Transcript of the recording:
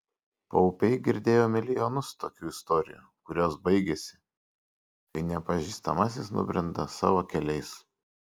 paupiai girdėjo milijonus tokių istorijų kurios baigiasi kai nepažįstamasis nubrenda savo keliais